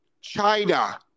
China